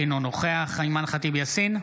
אינו נוכח אימאן ח'טיב יאסין,